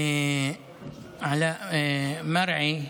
עלאא מרעי.